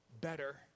better